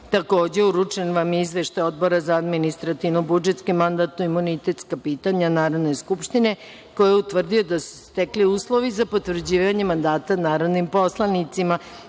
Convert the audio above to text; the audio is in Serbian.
Takođe, uručen vam je Izveštaj Odbora za administrativno-budžetska i mandatno-imunitetska pitanja Narodne skupštine, koji je utvrdio da su se stekli uslovi za potvrđivanje mandata narodnim poslanicima